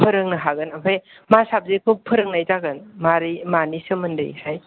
फोरोंनो हागोन उमफाय मा साबजेकखौ फोरोंनाय जागोन मारै मानि सोमोन्दोयैहाय